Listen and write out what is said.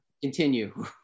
Continue